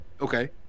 Okay